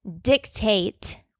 dictate